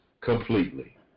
completely